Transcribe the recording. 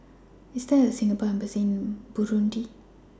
IS There A Singapore Embassy in Burundi